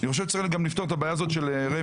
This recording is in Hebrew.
אני חושב שגם צריך לפתור את הבעיה הזאת של רמ"י,